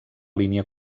línia